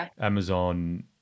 Amazon